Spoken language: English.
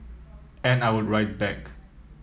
and I would write back